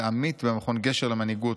עמית במכון גשר למנהיגות,